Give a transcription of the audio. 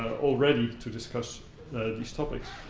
ah already to discuss these topics.